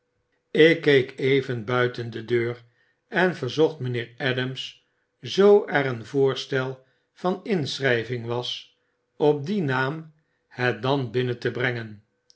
ik keek even buiten de deur en verzocht mpheer adams zoo er een voorstel van inschrijving was op dien naam het dan binnen te brengen